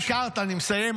אני מסיים.